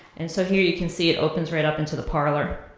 and so here you can see it opens right up into the parlor.